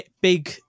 big